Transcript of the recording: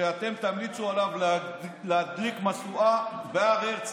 שאתם תמליצו עליו להדליק משואה בהר הרצל.